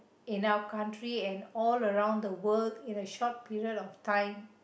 in our country and all around the world in a short period of time